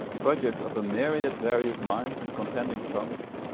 product of a myriad various minds and contending tongues,